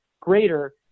greater